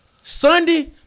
Sunday